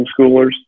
homeschoolers